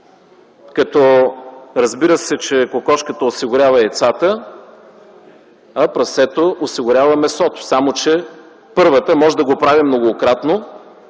като, разбира се, че кокошката осигурява яйцата, а прасето осигурява месото, само че първата може да го прави многократно,